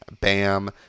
Bam